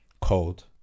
Cold